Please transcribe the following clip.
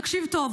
תקשיב טוב,